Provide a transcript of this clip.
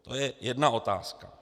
To je jedna otázka.